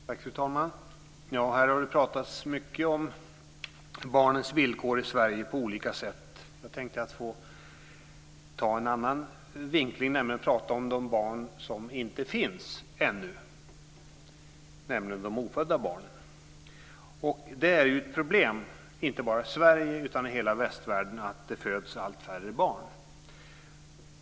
Fru talman! Här har det pratats mycket om barnens villkor i Sverige på olika sätt. Jag tänkte ge en annan vinkling och prata om de barn som inte finns ännu, nämligen de ofödda barnen. Det är ett problem inte bara i Sverige utan i hela västvärlden att det föds allt färre barn.